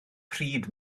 pryd